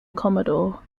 commodore